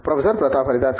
professor Pratap Haridas